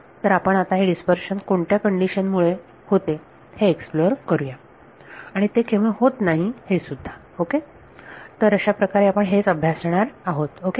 तर आपण आता हे डिस्पर्शन कोणत्या कंडीशन मुळे होते हे एक्सप्लोअर करूया आणि ते केव्हा होत नाही हेसुद्धा ओके तर अशाप्रकारे आपण हेच अभ्यासणार आहोत ओके